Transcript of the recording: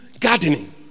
gardening